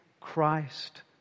Christ